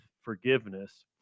forgiveness